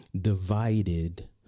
divided